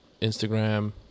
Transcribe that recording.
Instagram